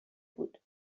بود